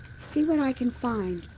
see what i can find.